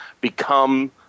become